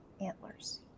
antlers